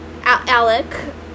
Alec